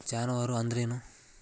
ಜಾನುವಾರು ಅಂದ್ರೇನು?